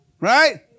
Right